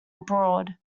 abroad